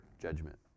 judgment